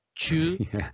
choose